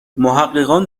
محققان